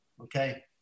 Okay